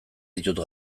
ditut